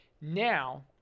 Now